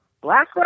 Black